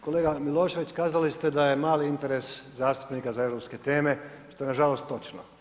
Kolega Milošević kazali ste da je mali interes zastupnika za europske tome, što je nažalost točno.